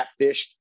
catfished